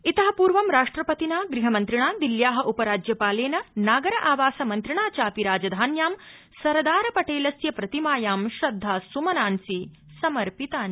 ति पूर्व राष्ट्रपतिना गृहमन्त्रिणा दिल्या उपराज्यपालेन नागर आवासमन्त्रिणा चापि राजधान्यां सरदारपटेलस्य प्रतिमायाम् श्रद्धासुमनांसि समर्पितानि